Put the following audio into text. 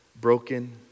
broken